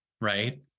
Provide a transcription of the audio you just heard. right